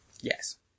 Yes